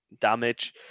damage